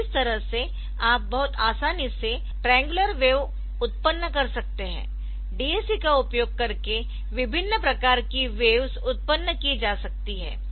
तो इस तरह से आप बहुत आसानी से ट्राइंगुलर वेव उत्पन्न कर सकते है DAC का उपयोग करके विभिन्न प्रकार की वेव्स उत्पन्न की जा सकती है